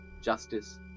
justice